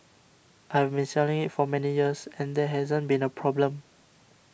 I have been selling it for many years and there hasn't been a problem